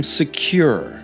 secure